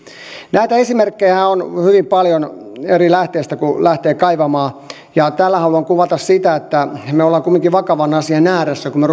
näitä esimerkkejähän on hyvin paljon kun eri lähteistä lähtee kaivamaan ja tällä haluan kuvata sitä että me olemme kuitenkin vakavan asian ääressä kun me